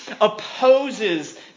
opposes